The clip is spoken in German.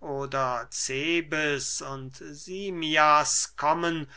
oder cebes und simmias kommen